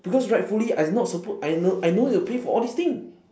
because rightfully I not supposed I no I no need pay for all this thing